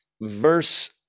verse